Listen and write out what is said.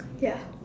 ya